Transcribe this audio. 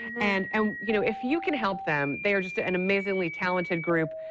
and and you know, if you can help them, they're just ah an amazingly talented group.